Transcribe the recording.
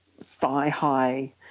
thigh-high